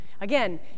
again